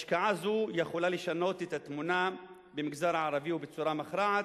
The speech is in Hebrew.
השקעה זו יכולה לשנות את התמונה במגזר הערבי בצורה מכרעת.